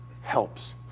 helps